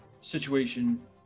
situation